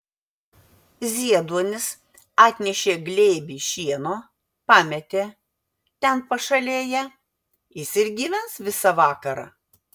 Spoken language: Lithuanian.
zieduonis atnešė glėbį šieno pametė ten pašalėje jis ir gyvens visą vakarą